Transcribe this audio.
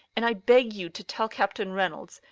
and i beg you to tell captain reynolds,